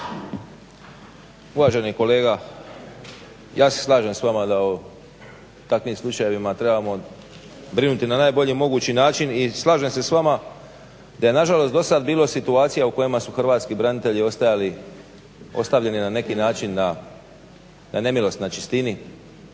Uvaženi kolega, ja se slažem s vama da o takvim slučajevima trebamo brinuti na najbolji mogući način i slažem se s vama da je nažalost dosad bilo situacija u kojima su hrvatski branitelji ostavljeni na neki način na nemilost, na čistini,